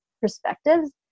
perspectives